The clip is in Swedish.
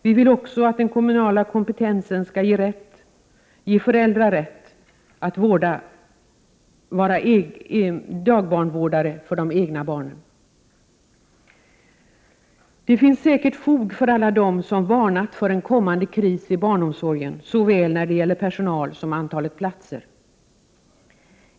Vi vill också att den kommunala kompetensen skall innebära att föräldrar får rätt att vara dagbarnvårdare för de egna barnen. Det finns säkert fog för det som har sagts av alla dem som varnat för en kommande kris i barnomsorgen, när det gäller såväl personal som antalet platser.